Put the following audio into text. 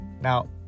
Now